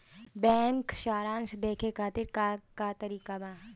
Bank सराश देखे खातिर का का तरीका बा?